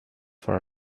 for